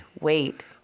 wait